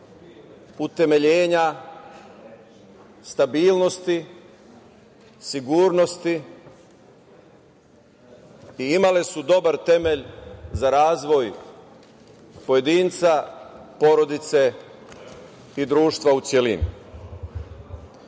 utemeljenja stabilnosti, sigurnosti i imale sud dobar temelj za razvoj pojedinca, porodice i društva u celini. Nakon